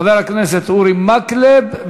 חבר הכנסת אורי מקלב,